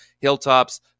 Hilltops